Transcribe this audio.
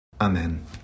Amen